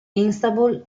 istanbul